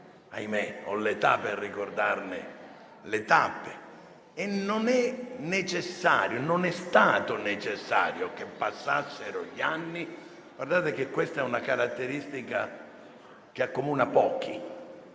ahimè, ho l'età per ricordarne le tappe - che non è stato necessario che passassero gli anni (guardate che questa è una caratteristica che accomuna pochi)